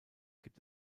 gibt